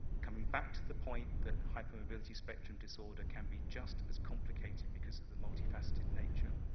coming back to the point that hypermobility spectrum disorder can be just as complicated, because of the multi-faceted nature.